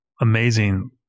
amazing